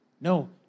No